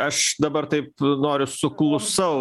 aš dabar taip noriu suklusau